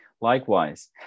Likewise